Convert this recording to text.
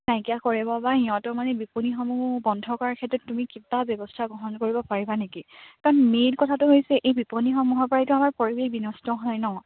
নাইকিয়া কৰিব বা সিহঁতক মানে বিপণীসমূহ বন্ধ কৰাৰ ক্ষেত্ৰত তুমি কিবা ব্যৱস্থা গ্ৰহণ কৰিব পাৰিবা নেকি কাৰণ মেইন কথাটো হৈছে এই বিপণীসমূহৰ পৰাইতো আমাৰ পৰিৱেশ বিনষ্ট হয় নহ্